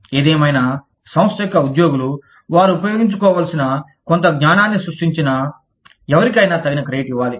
ఏది ఏమైనా సంస్థ యొక్క ఉద్యోగులు వారు ఉపయోగించుకోవాల్సిన కొంత జ్ఞానాన్ని సృష్టించిన ఎవరికైనా తగిన క్రెడిట్ ఇవ్వాలి